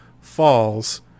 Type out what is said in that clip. falls